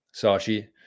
Sashi